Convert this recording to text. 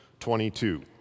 22